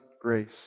grace